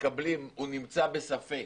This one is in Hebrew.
שמקבלים הוא נמצא בספק,